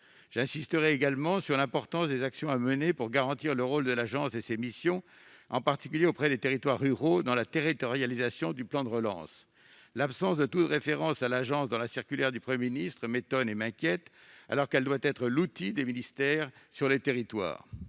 J'insisterai également sur l'importance des actions à mener pour garantir le rôle de l'agence et ses missions, en particulier auprès des territoires ruraux, dans la territorialisation du plan de relance. L'absence de toute référence à l'agence dans la circulaire du Premier ministre m'étonne et m'inquiète, alors que l'ANCT doit être l'outil des ministères sur les territoires.